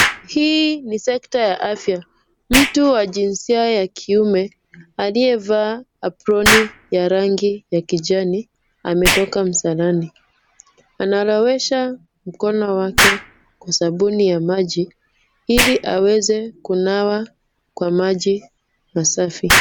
Hii ni sekta ya afya, mtu wa jinsia ya kiume aliyevaa aproni ya rangi ya kijani ametoka msalani. Analowesha mkono wake kwa sabuni ya maji ili aweze kunawa kwa maji masafi.